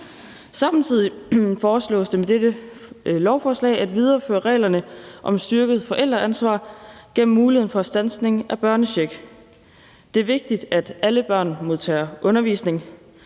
Samtidig foreslås det med dette lovforslag at videreføre reglerne om et styrket forældreansvar gennem muligheden for standsning af børnechecken. Det er vigtigt, at alle børn modtager undervisning,